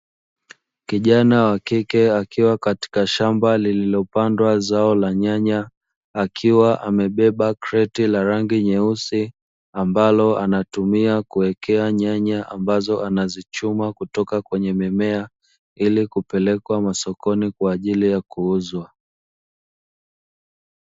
Kijana wa kike akiwa katika shamba lililopandwa zao la nyanya akiwa amebeba kreti la rangi nyeusi, ambalo anatumia kuwekea nyanya ambazo anazichuma kutoka kwenye mimea ili kupelekwa masokoni kwa ajili ya kuuzwa.